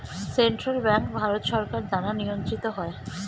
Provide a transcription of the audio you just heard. central bank ভারত সরকার দ্বারা নিয়ন্ত্রিত হয়